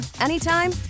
anytime